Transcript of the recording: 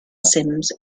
sims